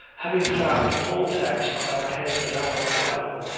having clapped a poll-tax on our heads at our arrival,